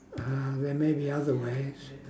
uh there may be other ways